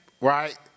right